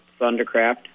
Thundercraft